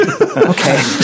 Okay